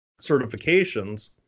certifications